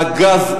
אגב,